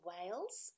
Wales